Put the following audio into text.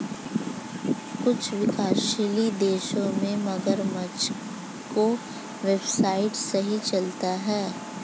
कुछ विकासशील देशों में मगरमच्छ के व्यवसाय सही चलते हैं